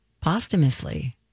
posthumously